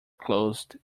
closed